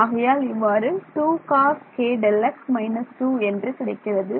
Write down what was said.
ஆகையால் இவ்வாறு 2 coskΔx − 2 கிடைக்கிறது